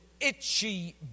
itchy